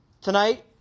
tonight